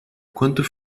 quanto